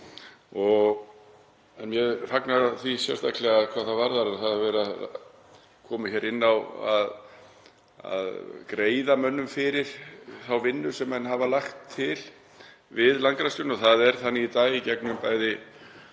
Ég fagna því sérstaklega hvað það varðar að það er verið að koma hér inn á að greiða mönnum fyrir þá vinnu sem menn hafa lagt til við landgræðsluna. Það er þannig í dag í gegnum bæði